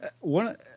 One